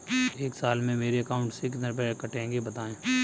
एक साल में मेरे अकाउंट से कितने रुपये कटेंगे बताएँ?